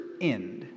end